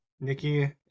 Nikki